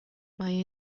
mae